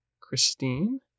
Christine